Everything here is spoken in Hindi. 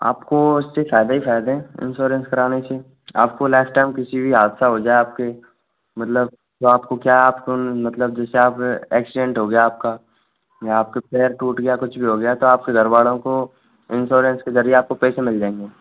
आपको इससे फ़ायदे ही फ़ायदे है इन्श्योरेन्स कराने से आपको लाइफटाइम किसी भी हादसा हो जाए आपके मतलब तो आपको क्या है मतलब जैसे आप एक्सीडेन्ट हो गया आपका या आपका पैर टूट गया कुछ भी हो गया तो आपके घर वालों को इन्श्योरेन्स के ज़रिये आपको पैसे मिल जाएँगे